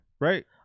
Right